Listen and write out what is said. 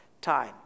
time